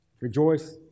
Rejoice